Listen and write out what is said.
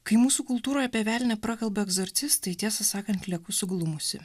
kai mūsų kultūroje apie velnią prakalba egzorcistai tiesą sakant lieku suglumusi